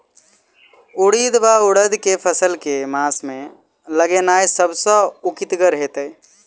उड़ीद वा उड़द केँ फसल केँ मास मे लगेनाय सब सऽ उकीतगर हेतै?